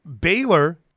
Baylor